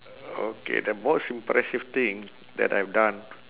okay the most impressive thing that I've done